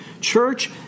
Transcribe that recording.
church